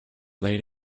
late